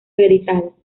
reeditado